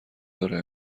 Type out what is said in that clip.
داره